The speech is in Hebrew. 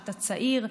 את הצעיר,